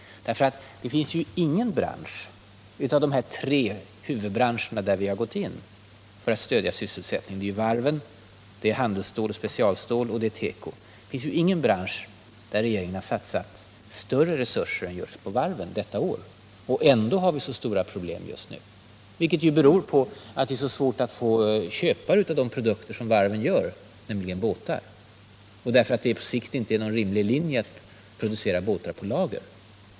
I ingen av de tre huvudbranscher där vi har gått in för att stödja sysselsättningen — varven, handelsoch specialstål och teko — har vi satsat större resurser än just på varven detta år. Att vi ändå har så stora problem just nu beror på att det är så svårt att få köpare till de produkter som varven tillverkar, nämligen båtar. På sikt är det ingen rimlig linje att producera båtar på lager.